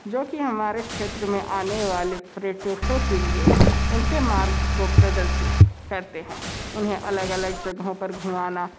जो कि हमारे क्षेत्र में आने वाले पर्यटकों के लिए उनके मार्ग को प्रदर्शित करते हैं उन्हें अलग अलग जगहों पर घूमाना